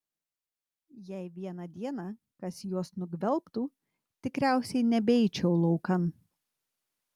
jei vieną dieną kas juos nugvelbtų tikriausiai nebeičiau laukan